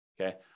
Okay